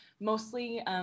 mostly